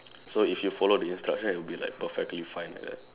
so if you follow the instruction it'll be like perfectly fine like that